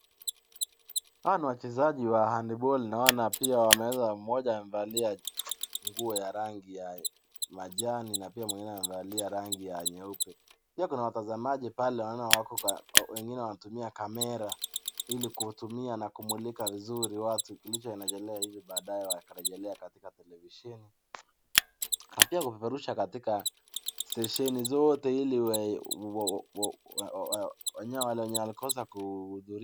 Hawa ni wachezaji wa handball . Naona pia wameweza, mmoja amevalia nguo ya rangi ya majani na pia mwingine amevali ya rangi ya nyeupe. Pia kuna watazamaji pale naona wengine wanatumia kamera ili kutumia na kumulika vizuri watu kilichoendelea ili baadae waeze wakaregelee katika televisheni na pia kupeperusha katika stesheni zote ili wenye walikosa.